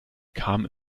kam